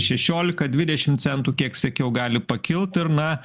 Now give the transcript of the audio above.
šešiolika dvidešim centų kiek sekiau gali pakilt ir na